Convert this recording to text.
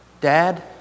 Dad